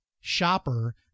shopper